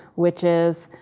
which is,